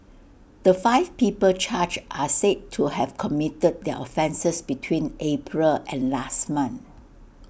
the five people charged are said to have committed their offences between April and last month